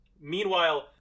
Meanwhile